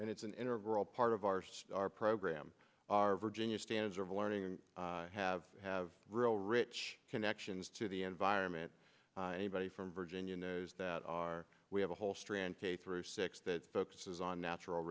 and it's an interval all part of our star program our virginia standards of learning and have have real rich connections to the environment anybody from virginia knows that our we have a whole strand k through six that focuses on natural